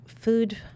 Food